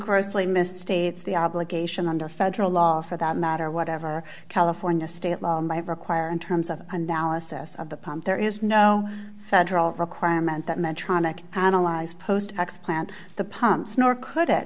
grossly misstates the obligation under federal law for that matter whatever california state law i require in terms of analysis of the pump there is no federal requirement that medtronic analyze post x plant the pumps nor could it